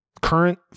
current